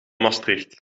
maastricht